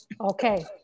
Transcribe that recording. okay